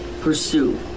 pursue